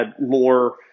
more